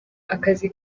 akazi